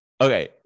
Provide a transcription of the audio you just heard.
Okay